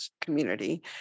community